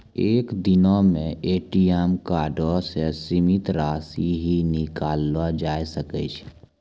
एक दिनो मे ए.टी.एम कार्डो से सीमित राशि ही निकाललो जाय सकै छै